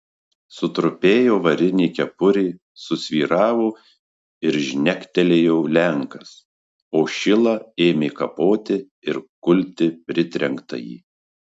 sutrupėjo varinė kepurė susvyravo ir žnektelėjo lenkas o šila ėmė kapoti ir kulti pritrenktąjį